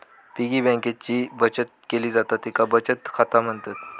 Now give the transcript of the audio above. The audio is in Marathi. पिगी बँकेत जी बचत केली जाता तेका बचत खाता म्हणतत